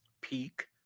peak